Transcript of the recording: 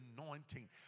anointing